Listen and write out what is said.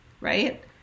right